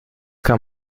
kann